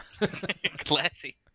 Classy